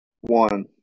One